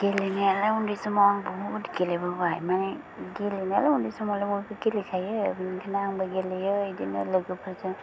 गेलेनायालाय उन्दै समाव आं बहुद गेलेबोबाय माने गेलेनायालाय उन्दै समाव बयबो गेलेखायो बेनिखायनो आंबो गेलेयो बिदिनो लोगोफोरजों